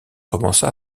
commença